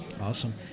Awesome